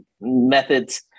methods